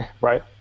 right